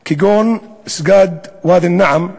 כגון מסגד ואדי-א-נעם,